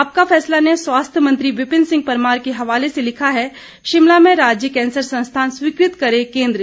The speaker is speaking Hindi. आपका फैसला ने स्वास्थ्य मंत्री विपिन सिंह परमार के हवाले से लिखा है शिमला में राज्य कैंसर संस्थान स्वीकृत करे केंद्र